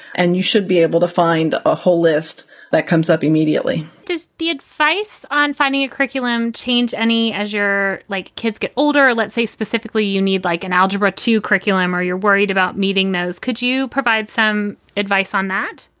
and you should be able to find a whole list that comes up immediately, does the advice on finding a curriculum change any as your like kids get older? let's say specifically you need like an algebra two curriculum or you're worried about meeting those. could you provide some advice on that?